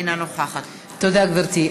אינה נוכחת תודה גברתי.